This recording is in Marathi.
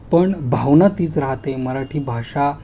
पण भावना तीच राहते मराठी भाषा